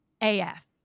AF